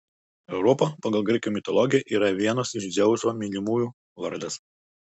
europa pagal graikų mitologiją yra vienos iš dzeuso mylimųjų vardas